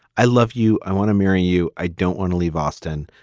i love you. i want to marry you. i don't want to leave austin.